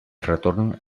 retorn